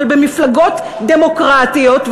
אבל במפלגות דמוקרטיות,